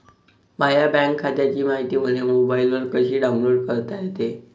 माह्या बँक खात्याची मायती मले मोबाईलवर कसी डाऊनलोड करता येते?